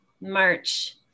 march